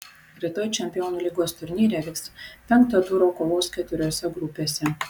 rytoj čempionų lygos turnyre vyks penkto turo kovos keturiose grupėse